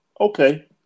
Okay